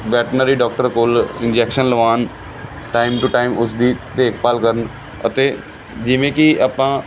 veterinary doctor ਕੋਲ injection ਲਗਵਾਉਣ time to time ਉਸਦੀ ਦੇਖਭਾਲ ਕਰਨ ਅਤੇ ਜਿਵੇਂ ਕਿ ਆਪਾਂ